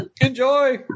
Enjoy